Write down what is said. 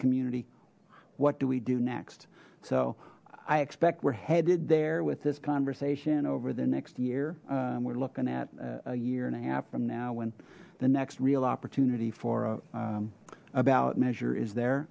community what do we do next so i expect we're headed there with this conversation over the next year and we're looking at a year and a half from now when the next real opportunity for a a ballot measure is there